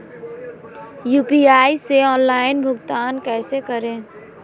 UPI से online भुगतान कैसे करें?